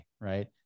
right